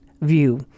view